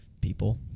People